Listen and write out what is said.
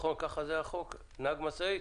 נכון ככה החוק לנהג משאית?